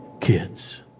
kids